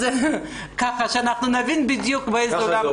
אז ככה שנבין בדיוק באיזה עולם אנחנו.